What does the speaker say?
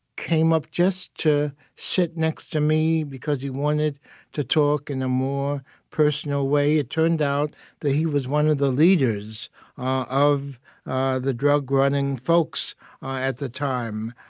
came up just to sit next to me because he wanted to talk in a more personal way. it turned out that he was one of the leaders ah of the drug-running folks at the time.